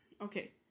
Okay